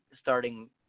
starting